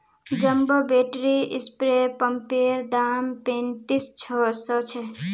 jumbo battery spray पंपैर दाम पैंतीस सौ छे